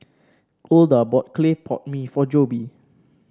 Golda bought Clay Pot Mee for Jobe